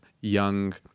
young